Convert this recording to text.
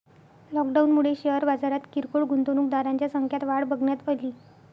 लॉकडाऊनमुळे शेअर बाजारात किरकोळ गुंतवणूकदारांच्या संख्यात वाढ बघण्यात अली